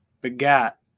begat